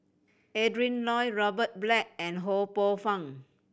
Adrin Loi Robert Black and Ho Poh Fun